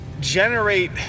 generate